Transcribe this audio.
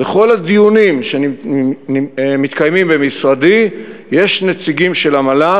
בכל הדיונים שמתקיימים במשרדי יש נציגים של המל"ל